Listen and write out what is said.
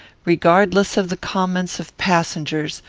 regardless of the comments of passengers,